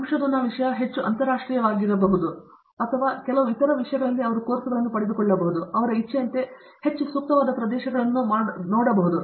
ಸಂಶೋಧನಾ ವಿಷಯ ಹೆಚ್ಚು ಅಂತಾರಾಷ್ಟ್ರೀಯವಾಗಿರಬಹುದು ಅಥವಾ ಕೆಲವು ಇತರ ವಿಷಯಗಳಲ್ಲಿ ಅವರು ಕೋರ್ಸುಗಳನ್ನು ಪಡೆದುಕೊಳ್ಳಬಹುದು ಮತ್ತು ಅವರ ಇಚ್ಛೆಯಂತೆ ಹೆಚ್ಚು ಸೂಕ್ತವಾದ ಪ್ರದೇಶಗಳನ್ನು ಮಾಡಬಹುದು